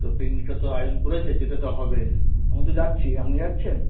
তো পিকনিকটা তো আয়োজন করেছে যেতে তো হবে আমি তো যাচ্ছি আপনি যাচ্ছেন